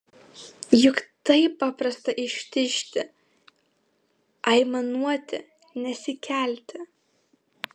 juk taip paprasta ištižti aimanuoti nesikelti